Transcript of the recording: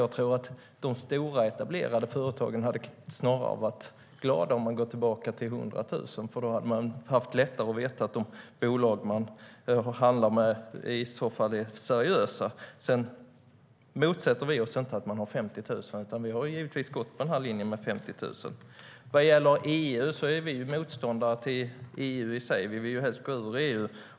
Jag tror att de stora och etablerade företagen snarare hade varit glada om man hade gått tillbaka till 100 000 kronor, eftersom de då lättare skulle veta att de bolag som de handlar med är seriösa. Sedan motsätter vi oss inte att man har 50 000 kronor i aktiekapital. Vi har givetvis gått på linjen med 50 000 kronor. När det gäller EU är vi motståndare till EU i sig. Vi vill helst gå ur EU.